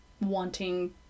wanting